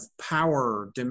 power